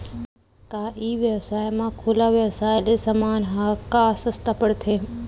का ई व्यवसाय म खुला व्यवसाय ले समान ह का सस्ता पढ़थे?